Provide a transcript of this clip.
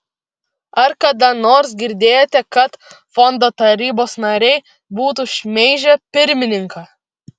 ar kada nors girdėjote kad fondo tarybos nariai būtų šmeižę pirmininką